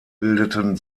bildeten